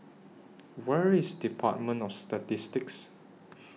Where IS department of Statistics